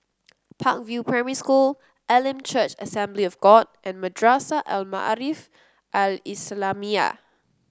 Park View Primary School Elim Church Assembly of God and Madrasah Al Maarif Al Islamiah